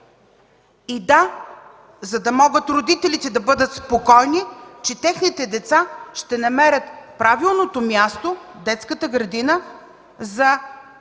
и „да”, за да могат родителите да бъдат спокойни, че техните деца ще намерят правилното място в детската градина за